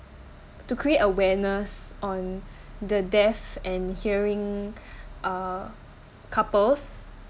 to create awareness on the deaf and hearing uh couples